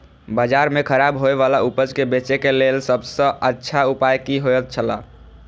बाजार में खराब होय वाला उपज के बेचे के लेल सब सॉ अच्छा उपाय की होयत छला?